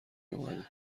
اومده